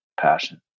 passion